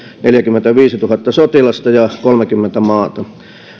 neljäkymmentäviisituhatta sotilasta ja kolmekymmentä maata